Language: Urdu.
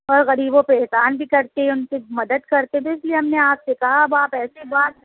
اور غریبوں پہ احسان بھی کرتے ہیں اُن کی مدد کرتے ہیں تو اِس لیے ہم نے آپ سے کہا اب آپ ایسے بات